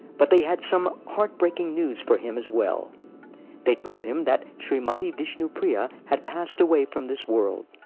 but they had some heart-breaking news for him as well they told him that shrimati vishnu-priya had passed away from this world.